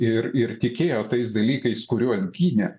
ir ir tikėjo tais dalykais kuriuos gynė